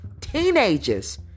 teenagers